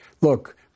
look